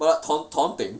like taunt taunting